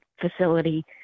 facility